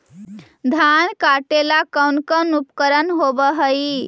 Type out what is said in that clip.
धान काटेला कौन कौन उपकरण होव हइ?